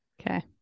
Okay